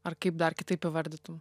ar kaip dar kitaip įvardytum